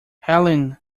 helene